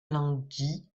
lundi